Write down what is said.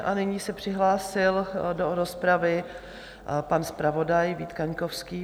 A nyní se přihlásil do rozpravy pan zpravodaj Vít Kaňkovský.